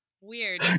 Weird